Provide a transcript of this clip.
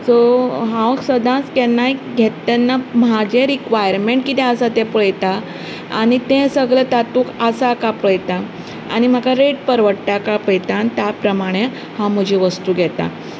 so हांव सदांच केन्नाय घेता तेन्ना म्हाजें रिक्वारमेंट कितें आसा तें पळयता आनी तें सगलें तातूंत आसा कांय पळयतां आनी म्हाका रेट परवडटा काय पळयतां त्या प्रमाणे हांव म्हजी वस्तू घेतां